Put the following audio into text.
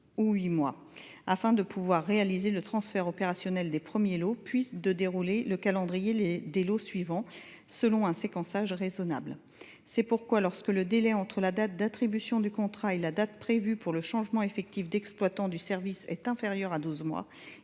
huit mois, afin de pouvoir réaliser le transfert opérationnel des premiers lots puis de dérouler le calendrier des lots suivants selon un séquençage raisonnable. C’est pourquoi il est proposé que, lorsque le délai entre la date d’attribution du contrat et la date prévue pour le changement effectif d’exploitant du service est inférieur à douze mois,